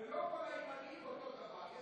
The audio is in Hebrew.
ולא כל הימנים אותו דבר.